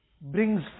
brings